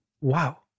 wow